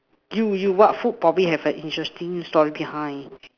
do you what food probably have an interesting story behind